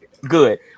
good